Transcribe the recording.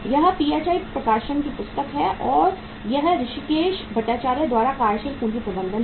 यह PHI प्रकाशन की पुस्तक है और यह ऋषिकेश भट्टाचार्य द्वारा कार्यशील पूंजी प्रबंधन है